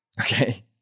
Okay